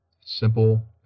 simple